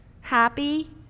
happy